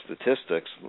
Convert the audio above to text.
statistics